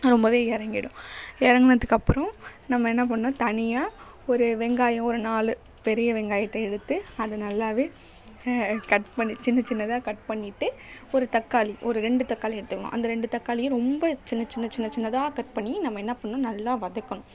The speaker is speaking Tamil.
ரொம்பவே இறங்கிடும் இறங்குனத்துக்கப்பறம் நம்ம என்ன பண்ணுன்னா தனியாக ஒரு வெங்காயம் ஒரு நாலு பெரிய வெங்காயத்தை எடுத்து அதை நல்லாவே கட் பண்ணி சின்ன சின்னதாக கட் பண்ணிட்டு ஒரு தக்காளி ஒரு ரெண்டு தக்காளி எடுத்துக்கணும் அந்த ரெண்டு தக்காளியும் ரொம்ப சின்ன சின்ன சின்ன சின்னதாக கட் பண்ணி நம்ம என்ன பண்ணும் நல்லா வதக்கணும்